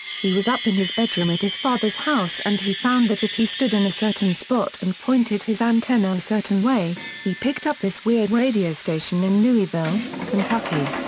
he was up in his bedroom at his father's house and he found that if he stood in a certain spot and pointed his antenna a certain way, he picked up this weird radio station in louisville, kentucky.